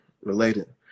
related